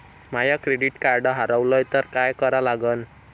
माय credit card हारवलं तर काय करा लागन?